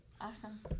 Awesome